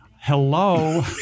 Hello